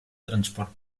transport